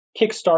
kickstart